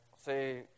say